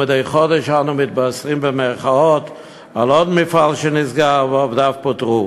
ומדי חודש אנו "מתבשרים" על עוד מפעל שנסגר ועובדיו פוטרו.